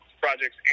projects